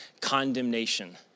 condemnation